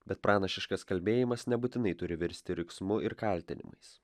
bet pranašiškas kalbėjimas nebūtinai turi virsti riksmu ir kaltinimais